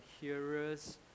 hearers